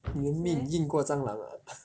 你的命硬过蟑螂 ah